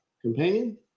Companion